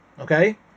okay